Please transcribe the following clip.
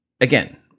Again